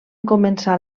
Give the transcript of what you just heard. començar